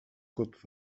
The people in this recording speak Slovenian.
kot